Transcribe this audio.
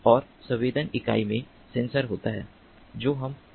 और संवेदन इकाई में सेंसर होता है जो हम हैं